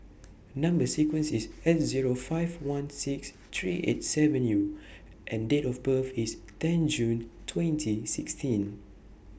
Number sequence IS S Zero five one six three eight seven U and Date of birth IS ten June twenty sixteen